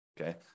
Okay